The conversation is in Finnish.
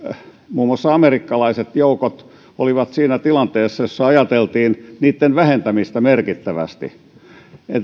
muun muassa amerikkalaiset joukot olivat siinä tilanteessa jossa ajateltiin niitten vähentämistä merkittävästi entä